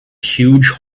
huge